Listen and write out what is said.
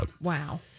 Wow